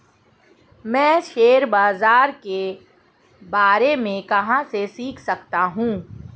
मैं शेयर बाज़ार के बारे में कहाँ से सीख सकता हूँ?